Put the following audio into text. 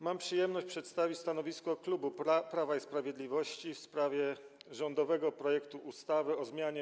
Mam przyjemność przedstawić stanowisko klubu Prawo i Sprawiedliwość w sprawie rządowego projektu ustawy o zmianie